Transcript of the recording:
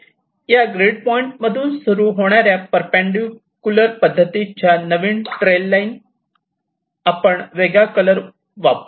या grid point मधून सुरू होणाऱ्या परपेंडिकुलर पद्धतीच्या नवीन ट्रेल लाईन आपण वेगळा कलर वापरू